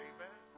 Amen